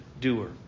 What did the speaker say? doer